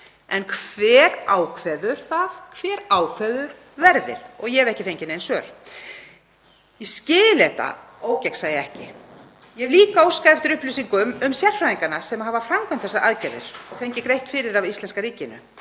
en hver ákveður það? Hver ákveður verðið? Ég hef ekki fengið nein svör. Ég skil þetta ógegnsæi ekki. Ég hef líka óskað eftir upplýsingum um sérfræðingana sem hafa framkvæmt þessar aðgerðir og fengið greitt fyrir af íslenska ríkinu.